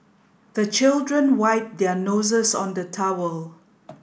the children wipe their noses on the towel